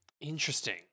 interesting